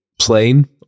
plain